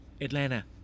Atlanta